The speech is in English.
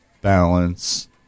balance